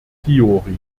fiori